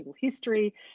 history